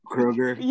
Kroger